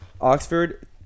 Oxford